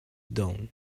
done